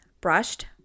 brushed